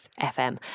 FM